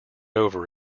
over